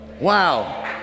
wow